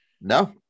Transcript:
No